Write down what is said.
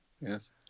Yes